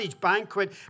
banquet